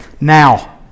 Now